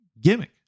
gimmick